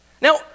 Now